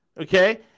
Okay